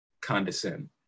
condescend